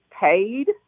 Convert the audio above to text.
paid